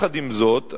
עם זאת,